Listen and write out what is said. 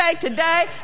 today